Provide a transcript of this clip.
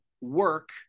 work